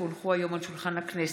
כי הונחו היום על שולחן הכנסת,